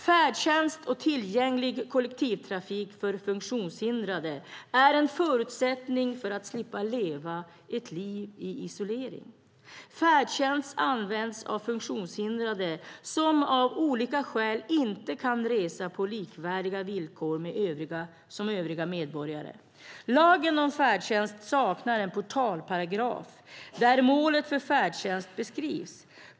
Färdtjänst och tillgänglig kollektivtrafik för funktionshindrade är en förutsättning för att slippa leva ett liv i isolering. Färdtjänst används av funktionshindrade som av olika skäl inte kan resa på likvärdiga villkor som övriga medborgare. Lagen om färdtjänst saknar en portalparagraf där målet för färdtjänst beskrivs.